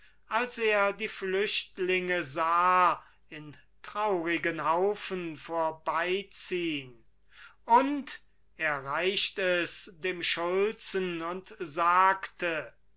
als er die flüchtlinge sah in traurigen haufen vorbeiziehn und er reicht es dem schulzen und sagte